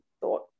thought